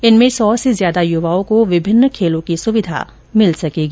इनमें सौ से ज्यादा युवाओं को विभिन्न खेलों की सुविधा मिल सकेगी